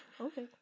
Okay